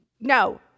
No